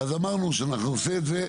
אז אמרנו שאנחנו נעשה את זה,